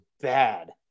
bad